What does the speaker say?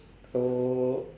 so